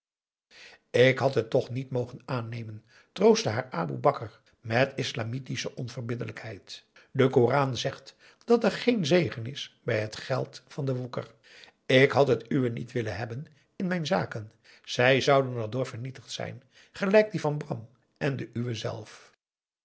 ik had het toch niet mogen aannemen troostte haar aboe bakar met islamitische onverbiddelijkheid de koran zegt dat er geen zegen is bij het geld van den woeker ik had het uwe niet willen hebben in mijn zaken zij zouden er door vernietigd zijn gelijk die van bram en de uwe zelf